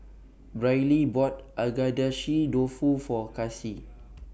Briley bought Agedashi Dofu For Kasie